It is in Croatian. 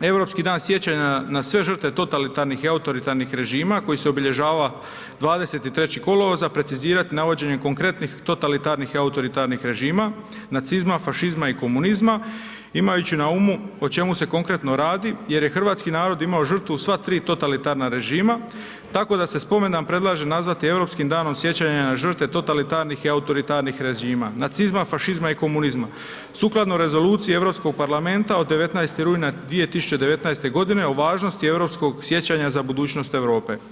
Europski dan sjećanja na sve žrtve totalitarni i autoritarnih režima koji se obilježava 23. kolovoza, precizirati navođenjem konkretnih totalitarnih i autoritarnih režima nacizma, fašizma i komunizma imajući na umu o čemu se konkretno radi jer je hrvatski narod imao žrtvu u sva tri totalitarna režima tako da se spomendan predlaže nazvati europskim danom sjećanja na žrtve totalitarnih i autoritarnih režima nacizma, fašizma i komunizma sukladno Rezoluciji Europskog parlamenta od 19. rujna 2019. godine o važnosti europskog sjećanja za budućnost Europe.